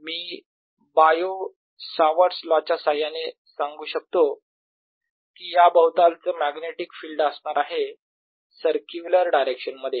मी Biot Savart's law च्या साह्याने सांगू शकतो कि या भोवतालचे मॅग्नेटिक फिल्ड असणार आहे सर्क्युलर डायरेक्शन मध्ये